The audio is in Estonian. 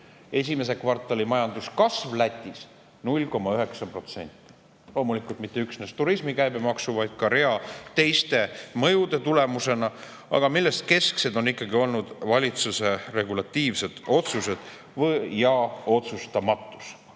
esimese kvartali majanduskasv Lätis – 0,9%. Loomulikult, seda mitte üksnes turismi käibemaksu, vaid ka rea teiste mõjude tulemusena. Keskne [põhjus] on ikkagi olnud valitsuse regulatiivsed otsused ja otsustamatus.